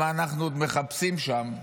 מה אנחנו עוד מחפשים שם.